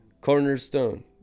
cornerstone